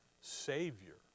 Savior